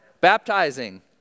Baptizing